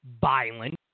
violent